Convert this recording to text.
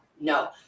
no